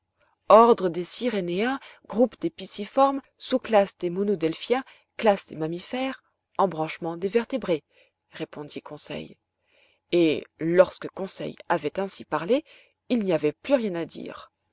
ordre des syréniens groupe des pisciformes sous classe des monodelphiens classe des mammifères embranchement des vertébrés répondit conseil et lorsque conseil avait ainsi parlé il n'y avait plus rien à dire